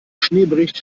schneebericht